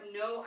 no